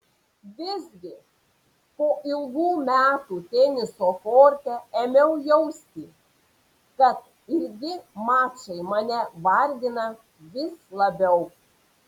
visgi po ilgų metų teniso korte ėmiau jausti kad ilgi mačai mane vargina vis labiau